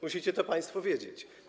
Musicie to państwo wiedzieć.